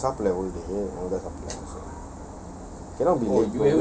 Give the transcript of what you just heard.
no சாப்பிட்றல்லையா:saapidrallaya